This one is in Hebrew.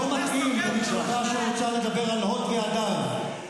אני מציע לך שתעצור ותקשיב למה שאני אומר.